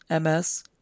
MS